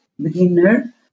beginner